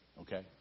okay